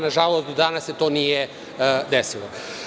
Nažalost do danas se to nije desilo.